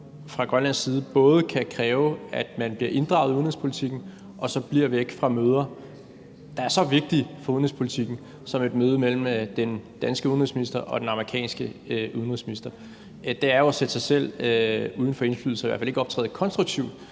at Grønland på den ene side kan kræve, at man bliver inddraget i udenrigspolitikken, og så på den anden side bliver væk fra møder, der er så vigtige for udenrigspolitikken som et møde mellem den danske udenrigsminister og den amerikanske udenrigsminister. Det er jo at sætte sig selv uden for indflydelse og i hvert fald ikke at optræde konstruktivt